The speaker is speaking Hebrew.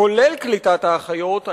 כולל קליטת האחיות,